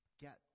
get